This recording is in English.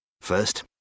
First